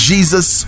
Jesus